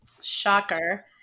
Shocker